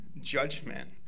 judgment